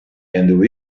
and